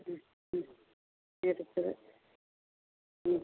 ம் ம் இருக்குது ம்